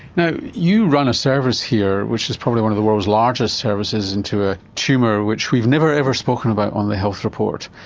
now you run a service here which is probably one of the world's largest service into a tumour which we've never ever spoken about on the health report,